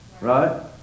right